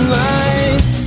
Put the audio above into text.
life